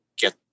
get